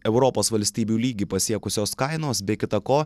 europos valstybių lygį pasiekusios kainos be kita ko